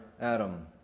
Adam